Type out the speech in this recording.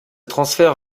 transfert